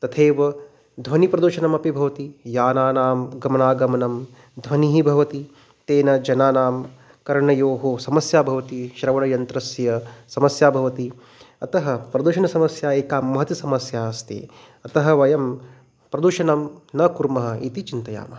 तथैव ध्वनि प्रदूषणमपि भवति यानानां गमनागमनं ध्वनिः भवति तेन जनानां कर्णयोः समस्या भवति श्रवणयन्त्रस्य समस्या बवति अतः प्रदूषणसमस्या एका महती समस्या अस्ति अतः वयं प्रदूषणं न कुर्मः इति चिन्तयामः